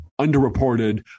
underreported